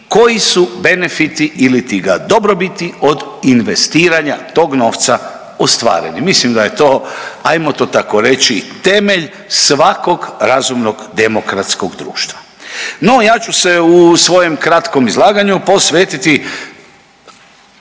koji su benefiti ilitiga dobrobiti od investiranja tog novca ostvareno. I mislim da je to ajmo to tako reći temelj svakog razumnog demokratskog društva. No ja ću se u svojem kratkom izlaganju posvetiti